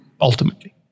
ultimately